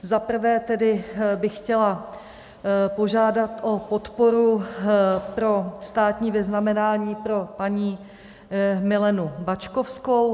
Za prvé tedy bych chtěla požádat o podporu pro státní vyznamenání pro paní Milenu Bačkovskou.